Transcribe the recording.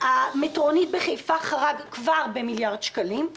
קו המטרונית בחיפה חרג כבר במיליארד שקלים;